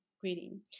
Greeting